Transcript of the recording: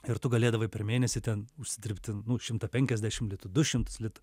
ir tu galėdavai per mėnesį ten užsidirbti nu šimtą penkiasdešim litų du šimtus litų